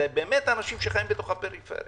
אלה באמת האנשים שחיים בתוך הפריפריה.